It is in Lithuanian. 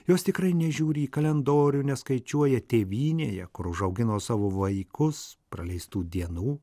jos tikrai nežiūri į kalendorių neskaičiuoja tėvynėje kur užaugino savo vaikus praleistų dienų